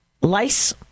lice